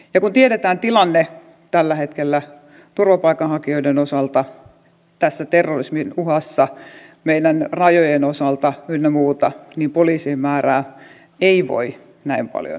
ja kun tiedetään tilanne tällä hetkellä turvapaikanhakijoiden osalta tässä terrorismin uhassa meidän rajojen osalta ynnä muuta niin poliisien määrää ei voi näin paljon leikata